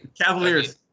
Cavaliers